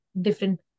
different